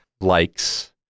likes